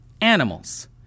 animals